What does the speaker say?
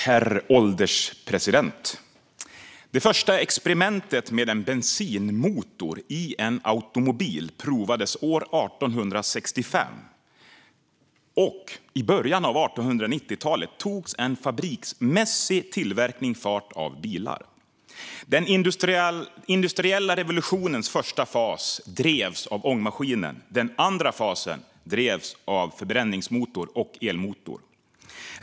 Herr ålderspresident! Det första experimentet med en bensinmotor i en automobil gjordes år 1865, och i början av 1890-talet togs en fabriksmässig tillverkning av bilar fart. Den industriella revolutionens första fas drevs av ångmaskinen. Den andra fasen drevs av förbränningsmotor och elmotor.